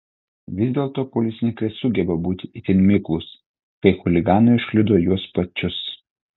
vis dėlto policininkai sugeba būti itin miklūs kai chuliganai užkliudo juos pačius